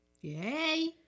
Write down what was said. Yay